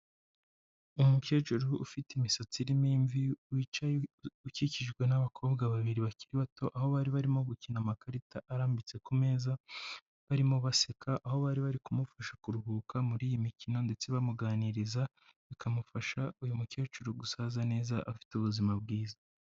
Umukecuru ufite imisatsi irimo imvi, wicaye ukikijwe n'abakobwa babiri bakiri bato. Aho bari barimo gukina amakarita arambitse ku meza, barimo baseka. Aho bari bari kumufasha kuruhuka muri iyi mikino ndetse bamuganiriza, bikamufasha uyu mukecuru gusaza neza afite ubuzima bwiza.